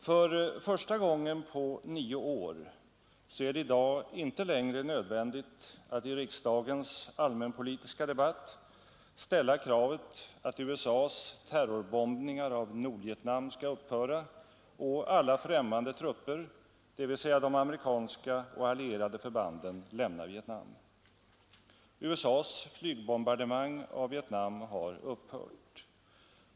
För första gången på nio år är det i dag icke längre nödvändigt att i riksdagens allmänpolitiska debatt ställa kravet att USA:s terrorbombningar av Nordvietnam skall upphöra och att alla främmande trupper, dvs. de amerikanska och allierade förbanden, skall lämna Vietnam. USA:s flygbombardemang av Vietnam har upphört.